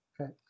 Okay